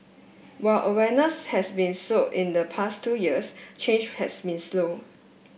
while awareness has been sown in the past two years change has been slow